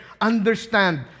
understand